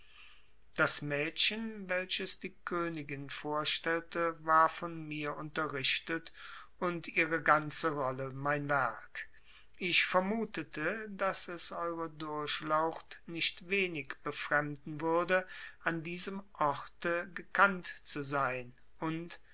das mädchen welches die königin vorstellte war von mir unterrichtet und ihre ganze rolle mein werk ich vermutete daß es eure durchlaucht nicht wenig befremden würde an diesem orte gekannt zu sein und